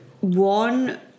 one